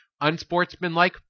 Unsportsmanlike